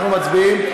אנחנו מצביעים.